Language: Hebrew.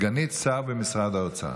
סגנית שר במשרד האוצר.